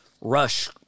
Rush